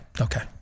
Okay